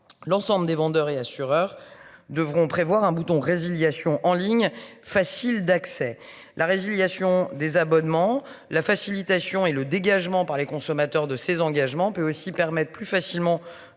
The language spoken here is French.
L'ensemble des vendeurs et assureurs devront prévoir un bouton résiliation en ligne facile d'accès, la résiliation des abonnements la facilitation et le dégagement par les consommateurs de ces engagements peut aussi permettent plus facilement